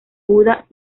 buda